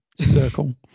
circle